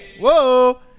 Whoa